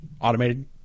automated